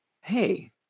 Hey